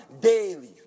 daily